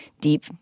deep